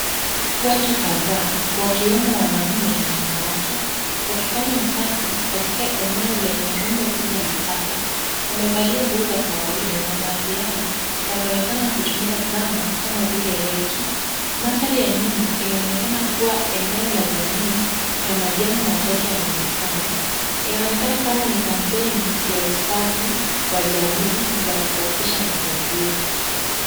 Watu kadhaa, wakiwemo wanaume na wanawake, wakifanya usafi katika eneo lenye rundo kubwa la taka, wamevalia nguo za kawaida na baadhi yao, wanaonekana wakitumia zana kama vile reki. Maandhari ya nyuma inaonekana kuwa eneo la jamii na majengo machache yanaonekana. Inaonekana kama ni campaingn ya usafi wa jamii za kusafisha mazingira.